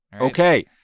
okay